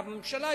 הממשלה,